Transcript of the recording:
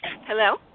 Hello